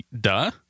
duh